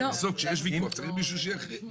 בסוף, כשיש ויכוח צריך מישהו שיכריע.